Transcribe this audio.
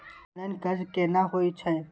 Online कर्ज केना होई छै?